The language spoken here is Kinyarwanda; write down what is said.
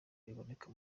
iboneka